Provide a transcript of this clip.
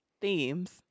themes